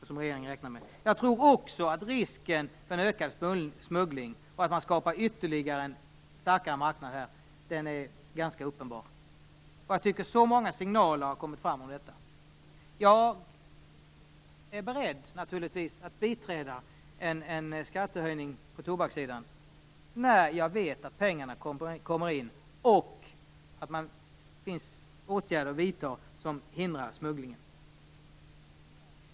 Vidare tror jag att risken är ganska uppenbar att det blir ökad smuggling och att en ännu starkare marknad här skapas. Det har ju kommit så många signaler om detta. Jag är naturligtvis beredd att biträda ett förslag om en skattehöjning på tobakssidan när jag vet att pengarna kommer in och när jag vet att det finns åtgärder som kan vidtas för att förhindra smuggling.